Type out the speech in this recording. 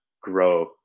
grow